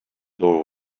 door